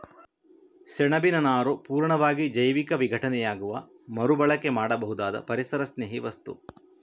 ಸೆಣಬಿನ ನಾರು ಪೂರ್ಣವಾಗಿ ಜೈವಿಕ ವಿಘಟನೆಯಾಗುವ ಮರು ಬಳಕೆ ಮಾಡಬಹುದಾದ ಪರಿಸರಸ್ನೇಹಿ ವಸ್ತು